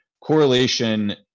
correlation